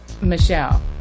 Michelle